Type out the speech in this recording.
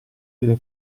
delle